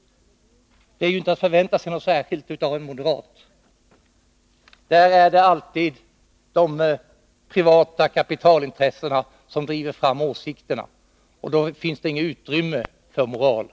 Man kan ju inte förvänta sig något särskilt av en moderat. När det gäller dem är det alltid de privata kapitalintressena som driver fram åsikterna, och då finns det inget utrymme för moral.